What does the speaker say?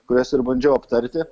kurias ir bandžiau aptarti